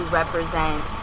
represent